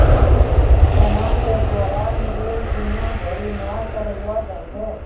सोना के द्वारा निवेश दुनिया भरि मे करलो जाय छै